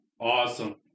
awesome